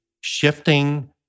shifting